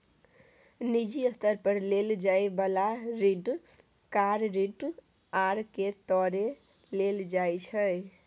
निजी स्तर पर लेल जाइ बला ऋण कार ऋण आर के तौरे लेल जाइ छै